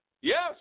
Yes